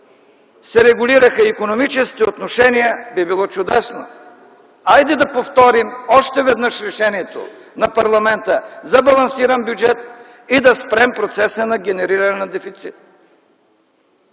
се регулираха икономическите отношения, би било чудесно. Хайде да повторим още веднъж решението на парламента за балансиран бюджет и да спрем процеса на генериране на дефицит.